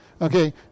okay